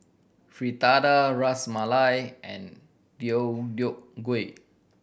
Fritada Ras Malai and Deodeok Gui